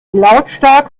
lautstark